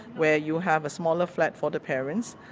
where you have a smaller flat for the parents,